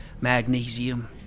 magnesium